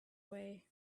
way